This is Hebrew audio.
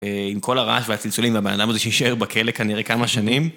עם כל הרעש והצלצולים והבן אדם הזה שיישאר בכלא כנראה כמה שנים.